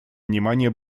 внимание